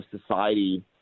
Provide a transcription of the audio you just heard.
society